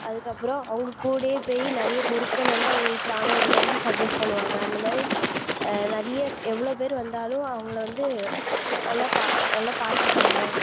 அதுக்கப்புறம் அவங்கக் கூடயே போய் நிறைய பொருட்கள் வந்து அவங்களுக்கு வாங்கிறதுக்கு வந்து சஜெஸ்ட் பண்ணுவாங்க அந்தமாதிரி நிறைய எவ்வளோ பேர் வந்தாலும் அவங்கள வந்து நல்லா பா நல்லா பார்த்துப்பாங்க